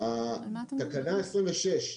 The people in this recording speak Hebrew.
תקנה 26,